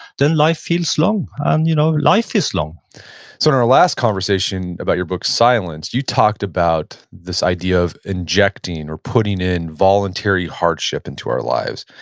then life feels slow and you know life is long so in our last conversation about your book, silence, you talked about this idea of injecting or putting in voluntary hardship into our lives.